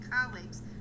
colleagues